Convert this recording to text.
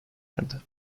erdi